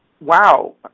wow